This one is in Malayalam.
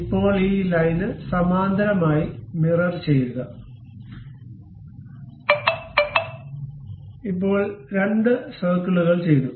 ഇപ്പോൾ ഈ ലൈന് സമാന്തരമായി മിറർ ചെയ്യുക ഈ ഇപ്പോൾ രണ്ട് സർക്കിളുകൾ ചെയ്തു